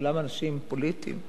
כולם אנשים פוליטיים.